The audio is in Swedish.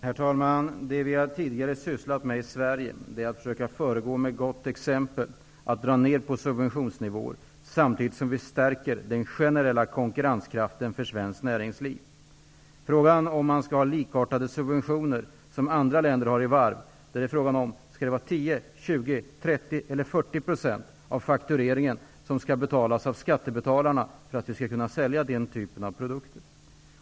Herr talman! Vad vi tidigare har ägnat oss åt i Sverige är att föregå med gott exempel genom att dra ned våra subventionsnivåer och samtidigt stärka den generella konkurrenskraften för svenskt näringsliv. Vad gäller om vi skall ha subventioner likartade dem som andra länder har i varv är frågan om det skall vara 10, 20, 30 eller 40 % av faktureringen som skall finansieras av skattebetalarna för att vi skall kunna sälja denna typ av produkter.